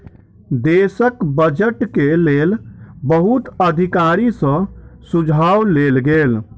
देशक बजट के लेल बहुत अधिकारी सॅ सुझाव लेल गेल